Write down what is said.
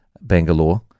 Bangalore